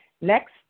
next